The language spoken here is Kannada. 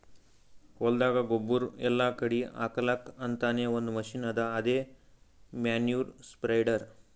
ಹೊಲ್ದಾಗ ಗೊಬ್ಬುರ್ ಎಲ್ಲಾ ಕಡಿ ಹಾಕಲಕ್ಕ್ ಅಂತಾನೆ ಒಂದ್ ಮಷಿನ್ ಅದಾ ಅದೇ ಮ್ಯಾನ್ಯೂರ್ ಸ್ಪ್ರೆಡರ್